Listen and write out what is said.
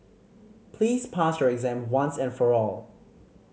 please pass your exam once and for all